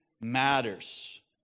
matters